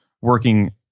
working